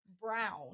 Brown